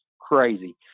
crazy